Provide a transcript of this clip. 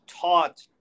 taught